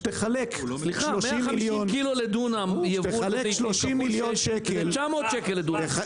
סליחה 150 קילו לדונם ייבוא כפול שש זה 900 שקל לדונם.